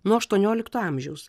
nuo aštuoniolikto amžiaus